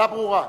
השאלה ברורה.